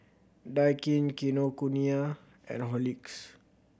Daikin Kinokuniya and Horlicks